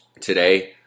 Today